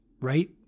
Right